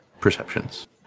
perceptions